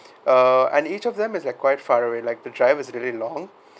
uh and each of them is like quite far away like the drive was really long